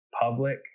public